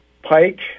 Pike